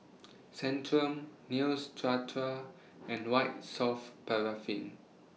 Centrum Neostrata and White Soft Paraffin